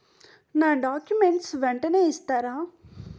నా డాక్యుమెంట్స్ వెంటనే ఇస్తారా?